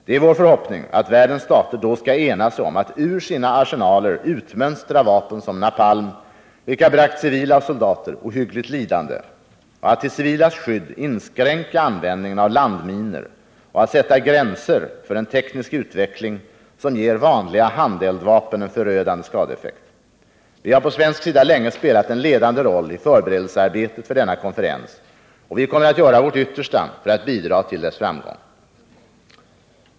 Det är vår förhoppning att världens stater då skall ena sig om att ur sina arsenaler utmönstra vapen som napalm, vilka bragt civila och soldater ohyggligt lidande, att till civilas skydd inskränka användningen av landminor och att sätta gränser för en teknisk utveckling som ger vanliga handeldvapen en förödande skadeeffekt. Vi har på svensk sida länge spelat en ledande roll i förberedelsearbetet för denna konferens, och vi kommer att göra vårt yttersta för att bidra till dess framgång.